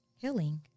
healing